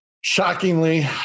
Shockingly